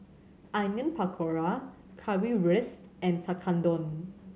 Onion Pakora Currywurst and Tekkadon